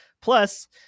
Plus